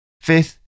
Fifth